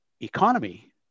economy